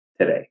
today